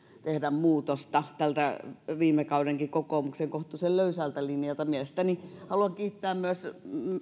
tehdä muutosta tältä viime kaudenkin kokoomuksen kohtuullisen löysältä linjalta haluan kiittää myös